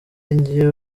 jye